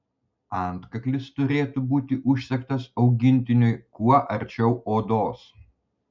antkaklis turėtų būti užsegtas augintiniui kuo arčiau odos